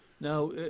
Now